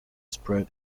spread